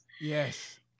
Yes